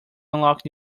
unlock